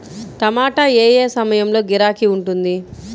టమాటా ఏ ఏ సమయంలో గిరాకీ ఉంటుంది?